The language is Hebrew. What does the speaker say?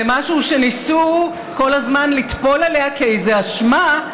זה משהו שניסו כל הזמן לטפול עליה כאיזו אשמה,